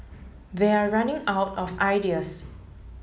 they're running out of ideas